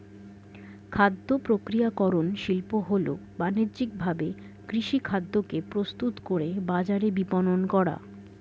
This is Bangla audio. খাদ্যপ্রক্রিয়াকরণ শিল্প হল বানিজ্যিকভাবে কৃষিখাদ্যকে প্রস্তুত করে বাজারে বিপণন করা